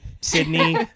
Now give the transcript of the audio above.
Sydney